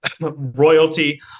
Royalty